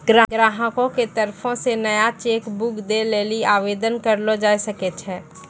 ग्राहको के तरफो से नया चेक बुक दै लेली आवेदन करलो जाय सकै छै